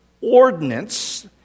ordinance